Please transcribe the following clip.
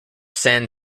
san